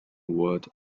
ward